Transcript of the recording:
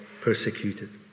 persecuted